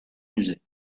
musées